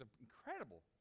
incredible